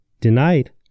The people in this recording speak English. denied